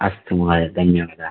अस्तु महोदय धन्यवादाः